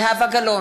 זהבה גלאון,